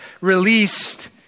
released